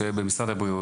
שיהיה במשרד הבריאות,